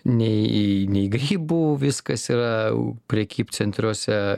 nei nei grybų viskas yra prekybcentriuose